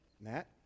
Matt